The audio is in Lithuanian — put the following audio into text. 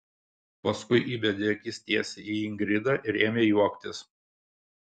paskui įbedė akis tiesiai į ingridą ir ėmė juoktis